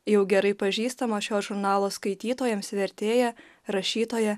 jau gerai pažįstama šio žurnalo skaitytojams vertėja rašytoja